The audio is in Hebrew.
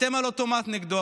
אתם על אוטומט נגדו.